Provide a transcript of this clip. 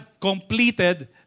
completed